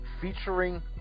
featuring